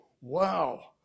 Wow